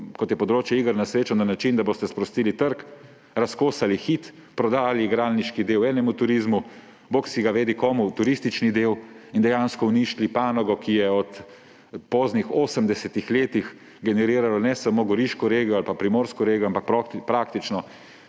kot je področje iger na srečo, na način, da boste sprostili trg, razkosali Hit, prodali igralniški del enemu turizmu, bogsigavedi komu turistični del; in dejansko uničili panogo, ki je od poznih osemdesetih let generirala ne samo goriško regijo ali pa primorsko regijo, ampak praktično